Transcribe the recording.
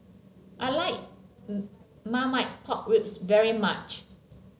I like Marmite Pork Ribs very much